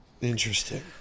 Interesting